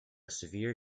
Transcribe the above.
severe